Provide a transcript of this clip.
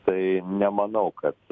tai nemanau kad